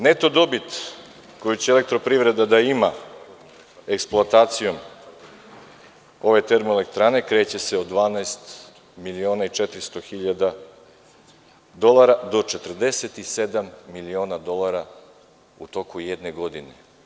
Neto dobit koju će elektroprivreda da ima eksploatacijom ove termoelektrane kreće se od 12 miliona i 400 hiljada dolara do 47 miliona dolara u toku jedne godine.